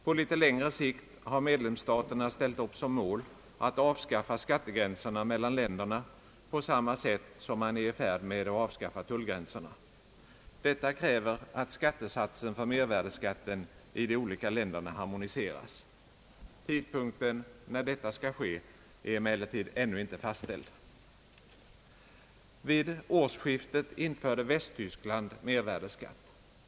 På litet längre sikt har medlemsstaterna ställt upp som mål att avskaffa skattegränserna mellan länderna på samma sätt som man är i färd med att avskaffa tullgränserna. Detta kräver att skattesatsen för mervärdeskatten i de olika länderna harmoniseras. Tidpunkten när detta skall ske är emellertid ännu inte fastställd. Vid årsskiftet införde Västyskland mervärdeskatt.